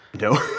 No